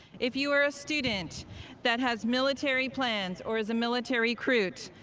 if you are a student that has military plans or is a military recruit,